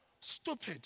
Stupid